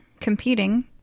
competing